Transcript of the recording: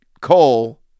Cole